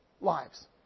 lives